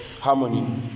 harmony